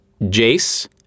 Jace